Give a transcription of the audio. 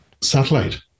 Satellite